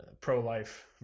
pro-life